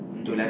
mm